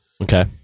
Okay